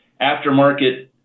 aftermarket